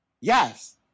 Yes